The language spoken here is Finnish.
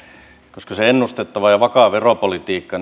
koska se ennustettava ja vakaa veropolitiikka